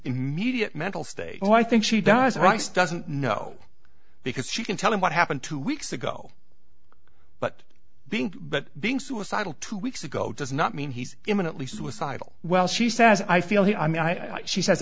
immediate mental state oh i think she does rice doesn't know because she can tell him what happened two weeks ago but being but being suicidal two weeks ago does not mean he's imminently suicidal well she says i feel he i mean i she says